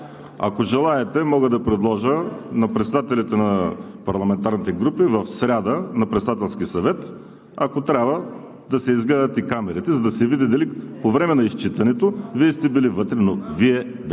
Ако желаете, мога да предложа на председателите на парламентарните групи в сряда на Председателския съвет, ако трябва да се изгледат и камерите, за да се види дали по време на изчитането Вие сте били вътре.